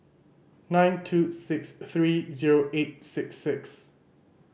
nine two six three zero eight six six